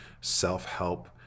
self-help